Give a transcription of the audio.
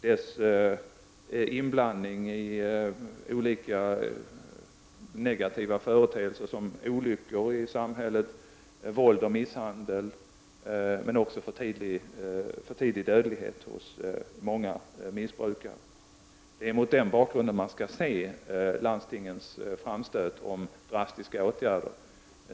Alkoholen finns ju med i olika negativa företeelser som olyckor i samhället, våld och misshandel. Den orsakar också för tidig död hos många missbrukare. Det är mot den bakgrunden som man skall se landstingens framstötar om drastiska åtgärder.